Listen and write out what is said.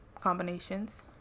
combinations